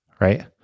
right